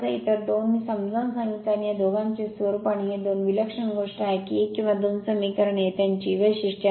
इतर दोन मी समजावून सांगितले आणि या दोघांचे हे स्वरूप आणि हे दोन विलक्षण गोष्ट आहे की 1 किंवा 2 समीकरण आहे आणि हे त्यांची वैशिष्ट्य आहेत